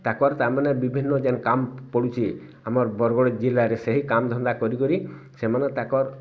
ତାକର ତାମାନେ ବିଭିନ୍ନ ଯେନ୍ କାମ୍ ପଡ଼ୁଚେ ଆମର୍ ବରଗଡ଼ ଜିଲ୍ଲାରେ ସେହି କାମଧନ୍ଦା କରିକରି ସେମାନେ ତାକର